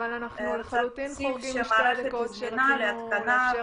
אני מתנצלת אבל אנחנו חורגים משתי הדקות שרצינו לאפשר לכם.